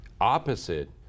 opposite